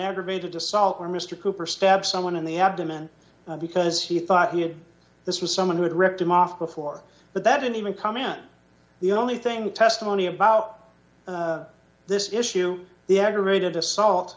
assault where mister cooper stab someone in the abdomen because he thought he had this was someone who had ripped him off before but that didn't even come and the only thing testimony about this issue the aggravated assault